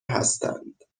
هستند